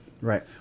Right